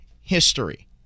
history